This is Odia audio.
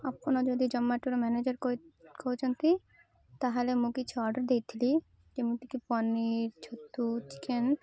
ଆପଣ ଯଦି ଜମାଟୋର ମ୍ୟାନେଜର୍ କହୁଛନ୍ତି ତାହେଲେ ମୁଁ କିଛି ଅର୍ଡ଼ର ଦେଇଥିଲି ଯେମିତିକି ପନିର୍ ଛତୁ ଚିକେନ୍